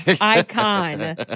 Icon